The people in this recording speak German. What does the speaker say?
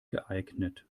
geeignet